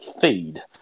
feed